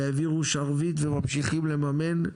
והעבירו שרביט, וממשיכים לממן.